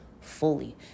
fully